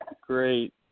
great